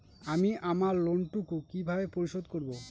আমি আমার লোন টুকু কিভাবে পরিশোধ করব?